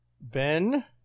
Ben